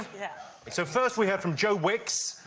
but so, first we heard from joe wicks,